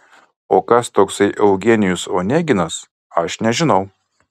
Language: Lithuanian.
o kas toksai eugenijus oneginas aš nežinau